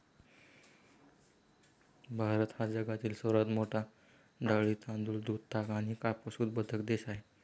भारत हा जगातील सर्वात मोठा डाळी, तांदूळ, दूध, ताग आणि कापूस उत्पादक देश आहे